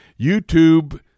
YouTube